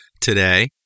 today